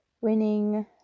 winning